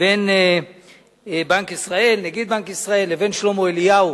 בין בנק ישראל, נגיד בנק ישראל, לבין שלמה אליהו,